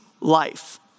life